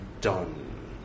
done